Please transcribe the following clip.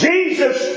Jesus